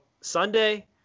Sunday